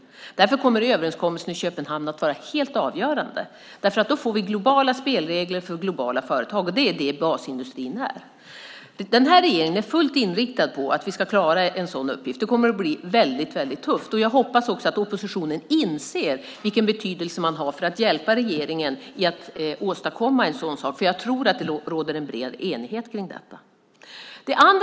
Därför kommer överenskommelsen i Köpenhamn att vara helt avgörande. Då får vi globala spelregler för globala företag; det är vad basindustrin är. Regeringen är inriktad på att vi ska klara en sådan uppgift. Det kommer att bli väldigt tufft. Jag hoppas att oppositionen inser vilken betydelse man har när det gäller att hjälpa regeringen med att åstadkomma en sådan sak. Jag tror att det råder bred enighet om detta.